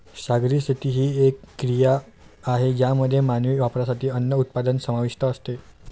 सागरी शेती ही एक क्रिया आहे ज्यामध्ये मानवी वापरासाठी अन्न उत्पादन समाविष्ट असते